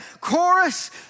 chorus